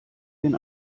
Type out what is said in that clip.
den